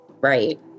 right